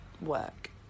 work